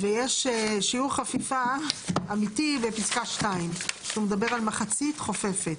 ויש שיעור חפיפה אמיתי בפסקה (2) שהוא מדבר על מחצית חופפת.